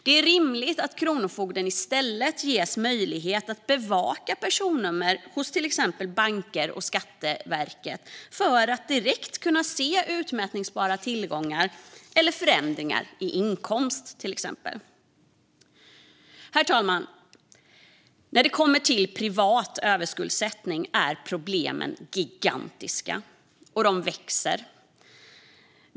Det är rimligt att Kronofogden i stället ges möjligheten att bevaka ett personnummer hos till exempel banker och Skatteverket för att direkt kunna se utmätbara tillgångar eller förändringar i inkomst. Herr talman! När det gäller privat överskuldsättning är problemen gigantiska, och de växer.